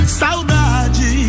saudade